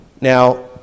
Now